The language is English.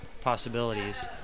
possibilities